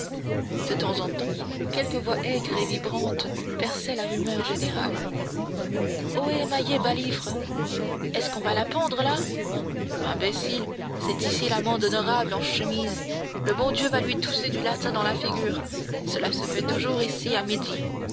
de temps en temps quelque voix aigre et vibrante perçait la rumeur générale ohé mahiet baliffre est-ce qu'on va la pendre là imbécile c'est ici l'amende honorable en chemise le bon dieu va lui tousser du latin dans la figure cela se fait toujours ici à midi